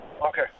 Okay